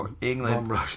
England